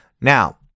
Now